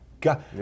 God